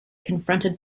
confronted